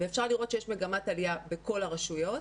ואפשר לראות שיש מגמת עלייה בכל הרשויות.